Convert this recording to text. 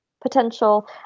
potential